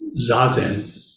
zazen